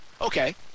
okay